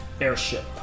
airship